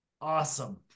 Awesome